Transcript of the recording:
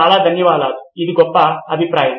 చాలా ధన్యవాదాలు అది గొప్ప అభిప్రాయం